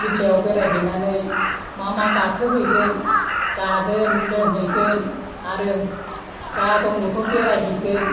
दिब्लाइआव बेरायहैनानै मा मा गाखोहैगोन जागोन लोंहैगोन आरो जा दं बेखौ बेराइहैगोन